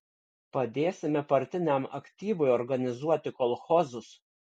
padėsime partiniam aktyvui organizuoti kolchozus